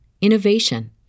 innovation